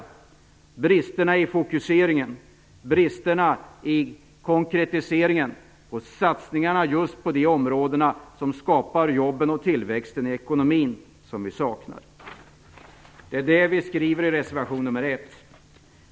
Det finns brister i fokuseringen och i konkretiseringen, och vi saknar satsningarna på just de områden som skapar jobben och tillväxten i ekonomin. Det är det vi skriver i reservation nr 1.